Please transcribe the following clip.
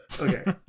Okay